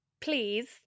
Please